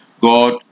God